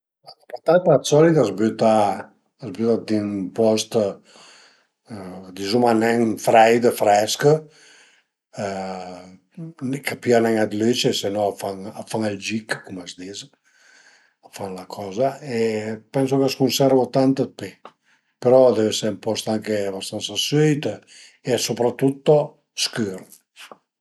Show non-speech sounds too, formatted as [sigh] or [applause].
La patata d'solit a s'büta a s'büta ënt ün post dizuma nen freit, fresch [hesitation] ch'a pìa nen d'lüce se no a fan a fan ël gich cum a s'dis a fan la coza e pensu ch'a së cunservu tant d'pi però a deu ese ën post anche abastansa süit e soprattutto scür